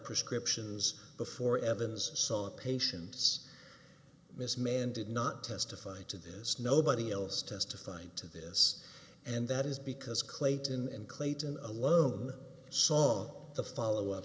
prescriptions before evans saw patients miss man did not testify to this nobody else testified to this and that is because clayton and clayton alone saw the follow up